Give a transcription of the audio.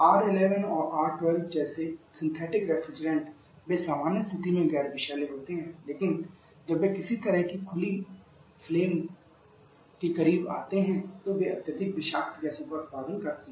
R 11 और R 12 जैसे synthetic refrigerant वे सामान्य स्थिति में गैर विषैले होते हैं लेकिन जब वे किसी तरह की खुली लौ के करीब आते हैं तो वे अत्यधिक विषाक्त गैसों का उत्पादन करते हैं